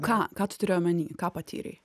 ką ką tu turi omeny ką patyrei